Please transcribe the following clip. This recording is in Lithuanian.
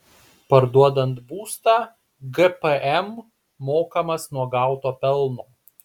parduodant būstą gpm mokamas nuo gauto pelno